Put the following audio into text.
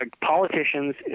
politicians